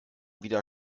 wieder